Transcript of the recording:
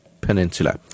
Peninsula